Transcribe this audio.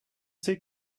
sait